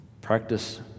Practice